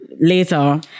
later